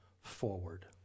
forward